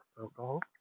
alcohol